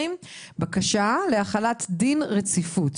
בקשה להחלת דין רציפות,